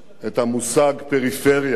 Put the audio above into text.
את המושג "פריפריה".